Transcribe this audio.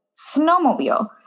snowmobile